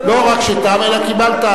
לא רק שתם, אלא קיבלת.